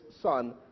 son